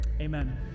Amen